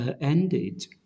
ended